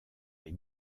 les